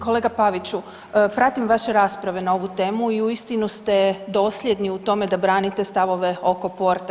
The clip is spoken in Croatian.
Kolega Paviću pratim vaše rasprave na ovu temu i uistinu ste dosljedni u tome da branite stavove oko Porta.